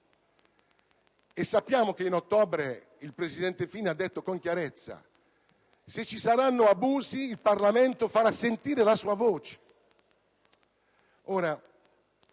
E sappiamo che in ottobre lo stesso presidente Fini ha detto con chiarezza che se ci saranno abusi il Parlamento farà sentire la sua voce.